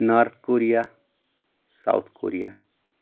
North Korea South Korea